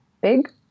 big